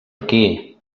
aquí